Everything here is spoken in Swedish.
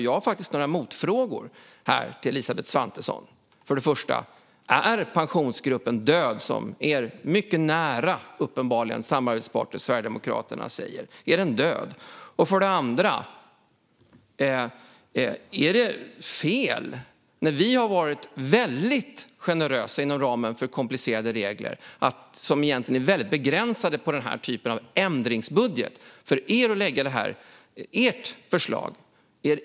Jag har faktiskt några motfrågor här till Elisabeth Svantesson. För det första: Är Pensionsgruppen död, som er uppenbarligen mycket nära samarbetspartner Sverigedemokraterna säger? För det andra: Vi har inom ramen för komplicerade regler, som egentligen är väldigt begränsande i den här typen av ändringsbudget, varit väldigt generösa och låtit er lägga fram ert förslag.